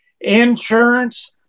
Insurance